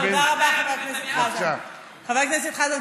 חבר הכנסת חזן,